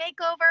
Makeover